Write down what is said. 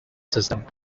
system